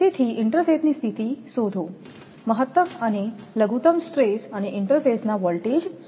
તેથી ઇન્ટરસેથની સ્થિતિ શોધોમહત્તમ અને લઘુત્તમ સ્ટ્રેસ અને ઇન્ટરસેથના વોલ્ટેજ શોધો